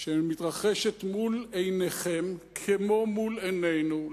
שמתרחשת מול עיניכם כמו מול עינינו,